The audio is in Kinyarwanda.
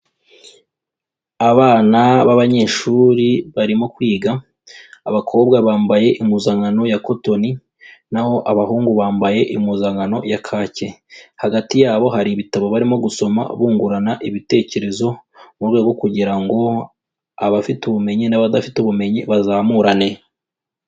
Abana b'abanyeshuri barimo kwiga, abakobwa bambaye impuzankano ya kotoni, naho abahungu bambaye impuzankano ya kaki, hagati yabo hari ibitabo barimo gusoma bungurana ibitekerezo, mu rwego rwo kugira ngo abafite ubumenyi n'abadafite ubumenyi bazamurane.